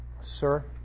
Sir